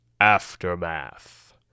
aftermath